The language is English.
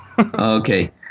Okay